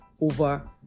over